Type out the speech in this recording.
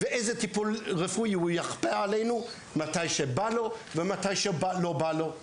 ואיזה טיפול רפואי הוא יכפה עלינו מתי שבא לו ומתי שלא בא לו.